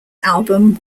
album